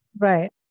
Right